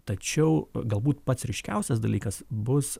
tačiau galbūt pats ryškiausias dalykas bus